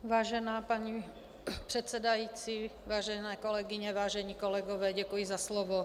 Vážená paní předsedající, vážené kolegyně, vážení kolegové, děkuji za slovo.